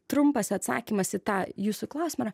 trumpas atsakymas į tą jūsų klausimą yra